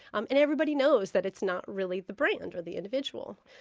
um and everybody knows that it's not really the brand or the individual.